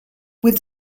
with